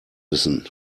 wissen